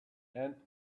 and